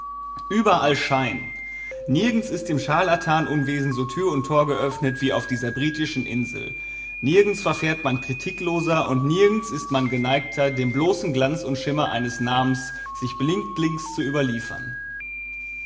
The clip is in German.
überall schein nirgends ist dem scharlatan unwesen so tür und tor geöffnet wie auf dieser britischen insel nirgends verfährt man kritikloser und nirgends ist man geneigter dem bloßen glanz und schimmer eines namens sich blindlings zu überliefern